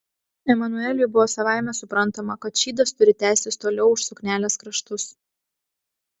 emanueliui buvo savaime suprantama kad šydas turi tęstis toliau už suknelės kraštus